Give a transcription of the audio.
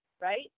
right